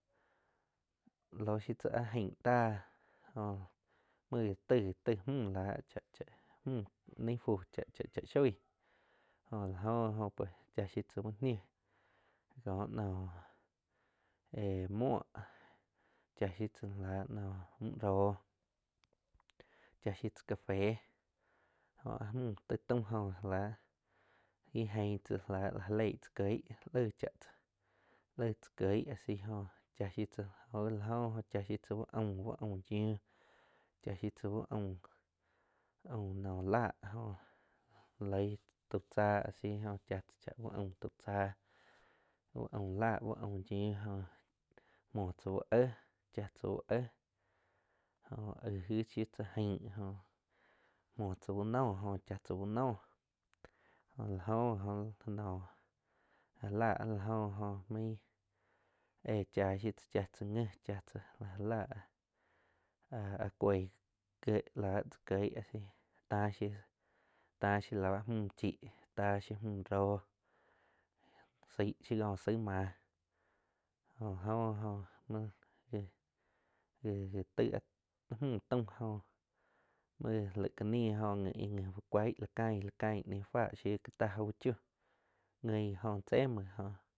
Lóh shiu tsá áh aing táh jo muoh ga taig, taig mju la cha- cha mju nai fu cha-cha, shoi jo la jo oh pues cha shiu cha úh niuh joh nou éh muoh cha shiu tzá láh noh müh roh cha shiu tzá café, jo áh mju taig tau jóh la ihh eing tsáh lah la jalei tza kieg laig cha tzá laig cha kieg asi jo cha shiu tzá la jó, oh cha shiu tzá uh aum yiu, cha shiu tzáh úh aum no láah jo loig tau chaa a si jo chaa tza uh aum tau cha uh aum láh uh aum yiu jóh muo tzá uh éh cha tzá uh éh jo aig shiu tzá aing muo tzá uh no jó cha tsá uh noo jo la jo ji jo no ja lá áh la jo main éh cha shiu tzá cha tzá ngi cha tzá la ja lá áh cuiog gie lah cha giej la a si ta shiu la ba mju chi ta shiu mju róh saig shiu co saig máh jo-jo mu gi-gi gie tai áh mju taum jo mji laig ca ni ji i ji u cuaig la cain, la cain ñiu fá yiu ka táh aug chiu guin jo che muo gui jo.